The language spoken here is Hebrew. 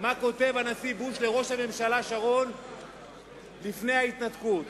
מה כתב הנשיא בוש לראש הממשלה שרון לפני ההתנתקות,